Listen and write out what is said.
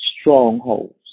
strongholds